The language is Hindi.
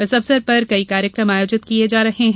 इस अवसर पर कई कार्यक्रम आयोजित किए जा रहे हैं